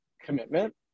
commitment